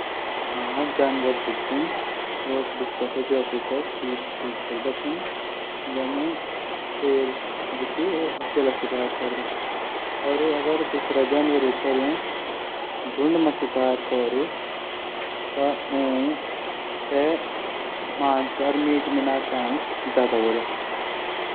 हाँ जानवर जू छन यू दूशर थै देखी चीज सीख सकदा छन। जन शेर जू अकेला शिकार करदू। और अगर वू झूण मा शिकार कौरू त ऊथै मांस मिना चांस ज्यादा हुवाला